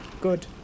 Good